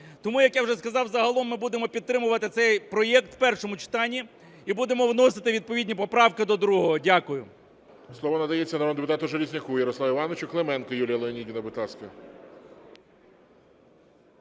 Тому, як я вже сказав, загалом ми будемо підтримувати цей проект в першому читанні і будемо вносити відповідні поправки до другого. Дякую. ГОЛОВУЮЧИЙ. Слово надається народному депутату Железняку Ярославу Івановичу. Клименко Юлія Леонідівна, будь ласка.